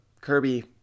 Kirby